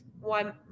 one